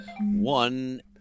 one